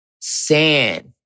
sand